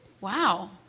Wow